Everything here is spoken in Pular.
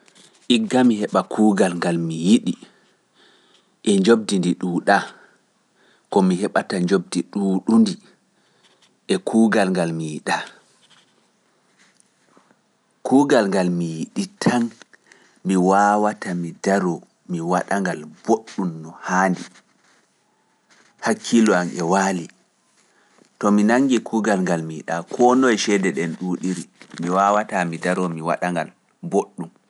Igga mi heɓa kuugal ngal mi yiɗi e njoɓdi ndi ɗuuɗaa, ko mi heɓata njoɓdi ɗuuɗundi e kuugal ngal mi yiɗaa. Kuugal ngal mi yiɗi tan, mi waawata mi daroo mi waɗa ngal mboɗɗum.